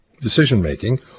decision-making